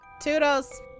Toodles